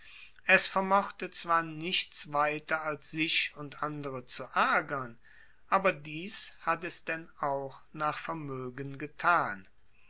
es vermochte zwar nichts weiter als sich und andere zu aergern aber dies hat es denn auch nach vermoegen getan